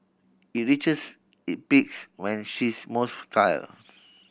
it reaches it peaks when she is most fertile